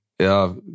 Ja